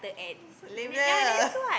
lazier